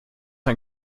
ein